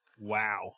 wow